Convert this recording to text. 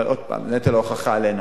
אבל, עוד פעם, נטל ההוכחה עלינו.